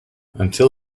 until